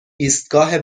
ایستگاه